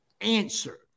answer